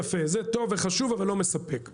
יפה, זה טוב וחשוב, אבל לא מספק.